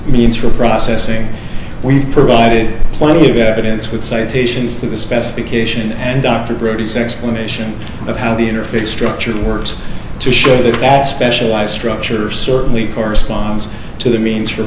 means for processing we've provided plenty of evidence with citations to the specification and dr bruce explanation of how the interface structure works to show that specialize structure certainly corresponds to the means for